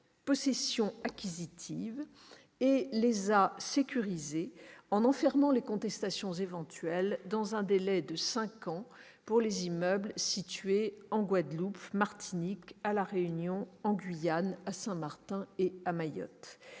possession acquisitive, et les a sécurisés en enfermant les contestations éventuelles dans un délai de cinq ans pour les immeubles situés en Guadeloupe, en Martinique, à La Réunion, en Guyane, à Saint-Martin et à Mayotte.